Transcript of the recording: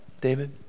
David